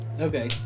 Okay